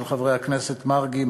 של חברי הכנסת מרגי,